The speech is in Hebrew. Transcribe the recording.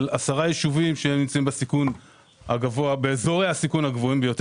מדובר ב-10 ישובים שנמצאים באזור הסיכון הגבוה ביותר.